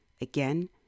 Again